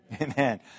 Amen